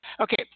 Okay